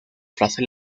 frase